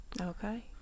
Okay